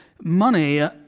Money